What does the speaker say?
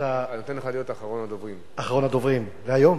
אחרון הדוברים להיום?